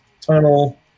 tunnel